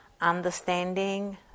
understanding